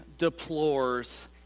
deplores